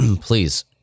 please